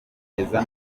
kugeza